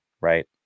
right